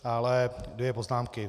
Ale dvě poznámky.